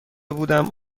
بودم